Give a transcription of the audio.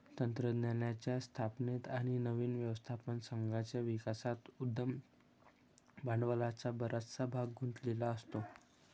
तंत्रज्ञानाच्या स्थापनेत आणि नवीन व्यवस्थापन संघाच्या विकासात उद्यम भांडवलाचा बराचसा भाग गुंतलेला असतो